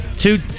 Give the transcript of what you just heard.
two